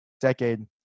decade